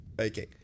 Okay